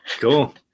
Cool